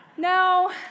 No